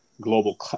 global